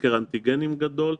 סקר אנטיגנים גדול עכשיו.